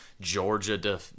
Georgia